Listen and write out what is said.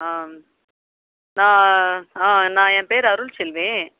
ஆ நான் ஆ நான் என் பேர் அருள்செல்வி